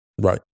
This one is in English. Right